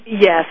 Yes